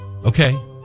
Okay